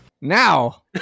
Now